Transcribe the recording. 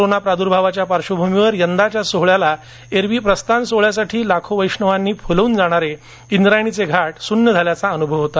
corona प्रादूर्भावाच्या पार्श्वभूमीवर यंदाच्या या सोहोळ्याला एरवी प्रस्थान सोहोळ्यासाठी लाखो वैष्णवांनी फुलून जाणारे इंद्रायणीचे घाटही सुन्न झाल्याचा अनुभव आला